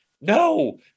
No